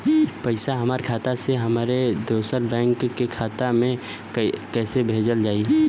पैसा हमरा खाता से हमारे दोसर बैंक के खाता मे कैसे भेजल जायी?